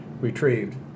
retrieved